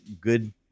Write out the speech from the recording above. good